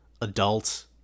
adult